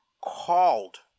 called